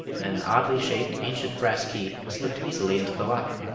an oddly-shaped, ancient brass key slipped easily into the lock.